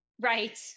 Right